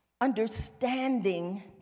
understanding